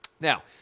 Now